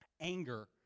Anger